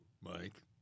Mike